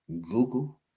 Google